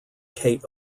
kate